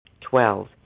Twelve